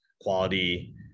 quality